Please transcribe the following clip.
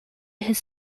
his